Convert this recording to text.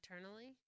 eternally